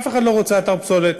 אף אחד לא רוצה אתר פסולת.